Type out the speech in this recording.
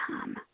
come